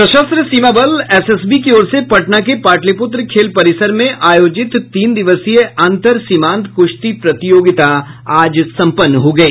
सशस्त्र सीमा बल एसएसबी की ओर से पटना के पाटिलपुत्र खेल परिसर में आयोजित तीन दिवसीय अंतर सीमांत कुश्ती प्रतियोगिता आज सम्पन्न हो गयी